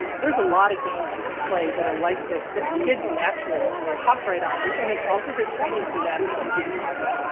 there's a lot of games you can play that are like this that kids naturally hop right on, and it's also great training for them and being positive.